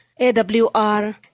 AWR